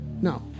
No